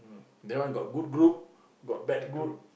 that one got good group got bad good